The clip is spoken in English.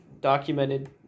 documented